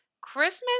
Christmas